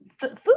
food